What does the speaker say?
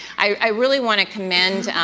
i really want to commend,